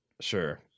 Sure